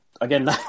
again